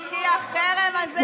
כי החרם הזה,